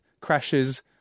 crashes